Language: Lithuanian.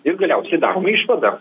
ir galiausiai daroma išvada